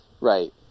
right